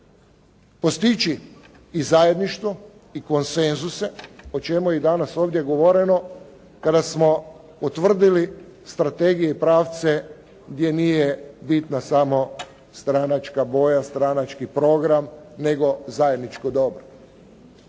postići i zajedništvo i konsenzuse o čemu je i danas ovdje govoreno kada smo utvrdili strategije i pravce gdje nije bitna samo stranačka boja, stranački program nego zajedničko dobro.